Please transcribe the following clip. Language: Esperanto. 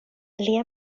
lia